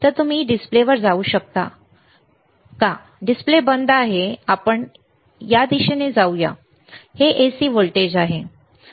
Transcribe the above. तर तुम्ही डिस्प्लेवर जाऊ शकता का डिस्प्ले बंद आहे आता आपण या दिशेने जाऊ या हे AC व्होल्टेज आहे